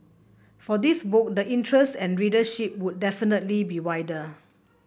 for this book the interest and readership would definitely be wider